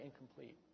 incomplete